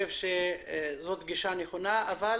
זו גישה נכונה, אבל